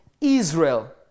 Israel